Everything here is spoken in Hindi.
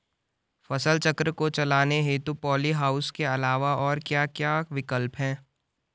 फसल चक्र को चलाने हेतु पॉली हाउस के अलावा और क्या क्या विकल्प हैं?